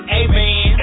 amen